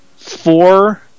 Four